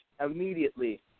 immediately